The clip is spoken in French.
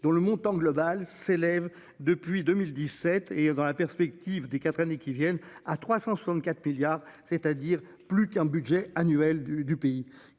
dont le montant global s'élève depuis 2017 et dans la perspective des quatre années qui viennent, à 364 milliards, c'est-à-dire plus qu'un budget annuel du du pays